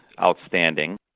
outstanding